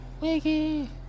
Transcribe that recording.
Wiggy